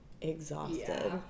exhausted